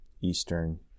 Eastern